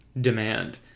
demand